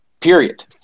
Period